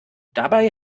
dabei